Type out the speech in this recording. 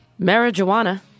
marijuana